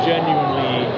genuinely